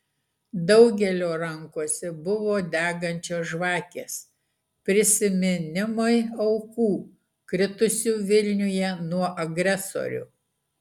daugelio rankose buvo degančios žvakės prisiminimui aukų kritusių vilniuje nuo agresorių